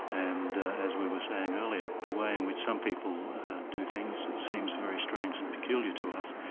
and as we were saying earlier, the way in which some people do things seems very strange and peculiar to us,